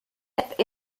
app